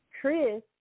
Chris